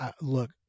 look